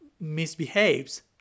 misbehaves